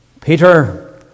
Peter